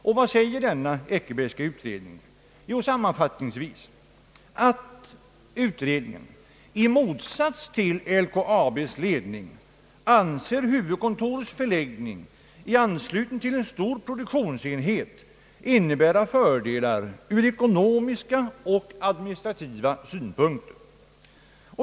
Och vad sade denna utredning? Jo, sammanfattningsvis att utredningen i motsats till LKAB:s ledning anser huvudkontorets förläggning i anslutning till en stor produktionsenhet »innebära fördelar ur ekonomiska och administrativa synpunkter».